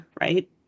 right